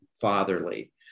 fatherly